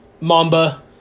Mamba